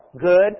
good